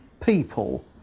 people